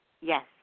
Yes